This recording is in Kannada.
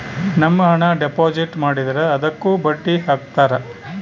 ನಮ್ ಹಣ ಡೆಪಾಸಿಟ್ ಮಾಡಿದ್ರ ಅದುಕ್ಕ ಬಡ್ಡಿ ಹಕ್ತರ